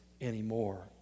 anymore